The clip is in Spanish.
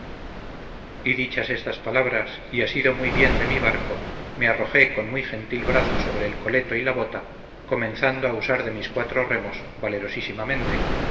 y dichas estas palabras y asido muy bien de mi barco me arrojé con muy gentil brazo sobre el coleto y la bota comenzando a usar de mis cuatro remos